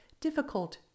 difficult